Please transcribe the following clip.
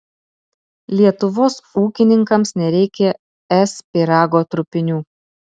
lietuvos ūkininkams nereikia es pyrago trupinių